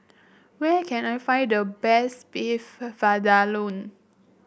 where can I find the best Beef Vindaloo